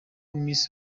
miss